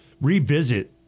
revisit